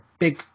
big